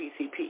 PCP